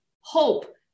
hope